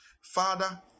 Father